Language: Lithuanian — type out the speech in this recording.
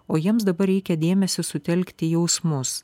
o jiems dabar reikia dėmesį sutelkti į jausmus